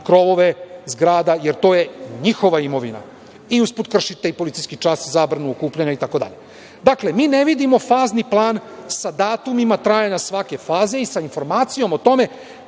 krovove zgrada, jer to je njihova imovina, i usput kršite i policijski čas, zabranu okupljanja itd. Dakle, mi ne vidimo fazni plan sa datumima trajanja svake faze i sa informacijom o tome